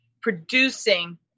producing